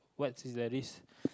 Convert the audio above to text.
what is that risk